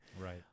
right